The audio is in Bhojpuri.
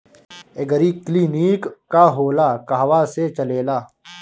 एगरी किलिनीक का होला कहवा से चलेँला?